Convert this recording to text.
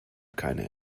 keine